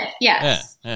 Yes